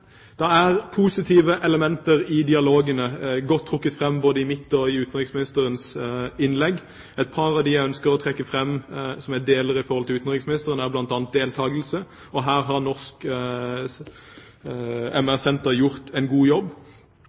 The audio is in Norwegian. det er positive elementer i dialogene, godt trukket fram både i mitt og i utenriksministerens innlegg. Et par av dem jeg ønsker å trekke fram, og som jeg deler med utenriksministeren, er bl.a. deltakelse. Her har Norsk senter for MR gjort en god jobb.